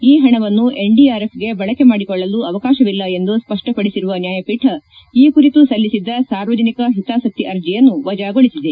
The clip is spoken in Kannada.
ಈ ಹಣವನ್ನು ಎನ್ಡಿಆರ್ಎಫ್ಗೆ ಬಳಕೆ ಮಾಡಿಕೊಳ್ಳಲು ಅವಕಾಶವಿಲ್ಲ ಎಂದು ಸ್ಪಷ್ಟಪಡಿಸಿರುವ ನ್ಯಾಯಪೀಠ ಈ ಕುರಿತು ಸಲ್ಲಿಸಿದ್ದ ಸಾರ್ವಜನಿಕ ಹಿತಾಸಕ್ತಿ ಅರ್ಜಿಯನ್ನು ವಜಾಗೊಳಿಸಿದೆ